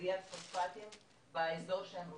לכריית פוספטים באזור שהם רוצים.